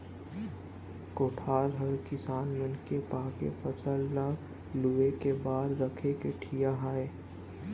कोठार हर किसान मन के पाके फसल ल लूए के बाद म राखे के ठिहा आय